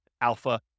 alpha